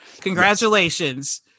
Congratulations